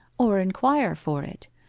or inquire for it,